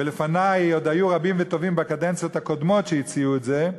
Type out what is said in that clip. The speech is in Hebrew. ולפני עוד היו רבים וטובים בקדנציות הקודמות שהציעו את זה.